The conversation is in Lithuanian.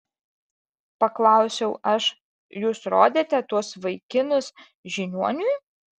paklausiau aš jūs rodėte tuos vaikinus žiniuoniui